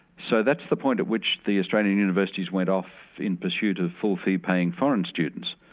so that's the point at which the australian universities went off in pursuit of full fee paying foreign students.